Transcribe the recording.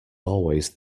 always